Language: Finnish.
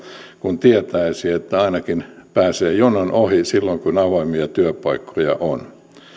kun tietäisi että ainakin pääsee jonon ohi silloin kun avoimia työpaikkoja on